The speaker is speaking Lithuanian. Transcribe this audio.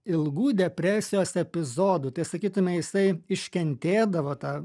ilgų depresijos epizodų tai sakytume jisai iškentėdavo tą